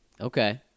Okay